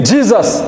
Jesus